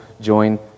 join